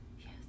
yes